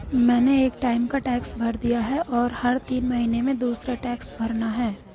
मैंने एक टाइम का टैक्स भर दिया है, और हर तीन महीने में दूसरे टैक्स भरना है